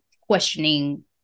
questioning